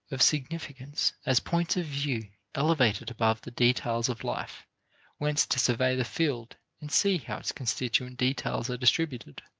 of significance as points of view elevated above the details of life whence to survey the field and see how its constituent details are distributed,